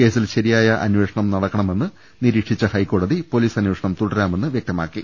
കേസിൽ ശരി യായ അന്വേഷണം നടക്കണമെന്ന് നിരീക്ഷിച്ച ഹൈക്കോടതി പൊലീസ് അന്വേഷണം തുടരാമെന്ന് വ്യക്തമാക്കി